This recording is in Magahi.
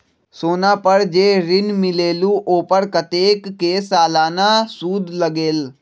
सोना पर जे ऋन मिलेलु ओपर कतेक के सालाना सुद लगेल?